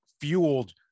fueled